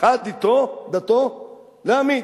אחת דתו: להמית.